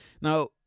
Now